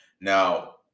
Now